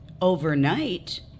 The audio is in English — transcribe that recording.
overnight